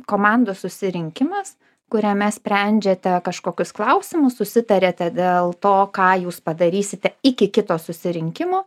komandos susirinkimas kuriame sprendžiate kažkokius klausimus susitariate dėl to ką jūs padarysite iki kito susirinkimo